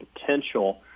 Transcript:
potential